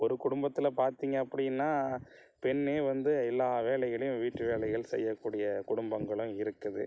ஒரு குடும்பத்தில் பார்த்தீங்க அப்படின்னா பெண்ணே வந்து எல்லா வேலைகளையும் வீட்டு வேலைகள் செய்யக்கூடிய குடும்பங்களும் இருக்குது